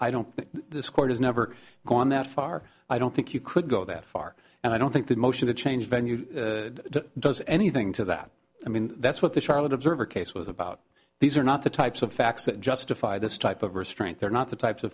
think this court has never gone that far i don't think you could go that far and i don't think that motion to change venue does anything to that i mean that's what the charlotte observer case was about these are not the types of facts that justify this type of restraint they're not the types of